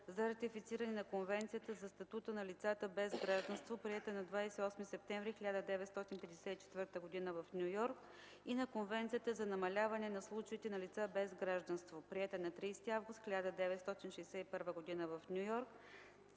за ратифициране на Конвенцията за статута на лицата без гражданство, приета на 28 септември 1954 г. в Ню Йорк, и на Конвенцията за намаляване на случаите на лица без гражданство, приета на 30 август 1961 г. в Ню Йорк,